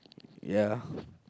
ya